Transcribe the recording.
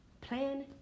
plan